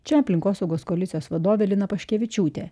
čia aplinkosaugos koalicijos vadovė lina paškevičiūtė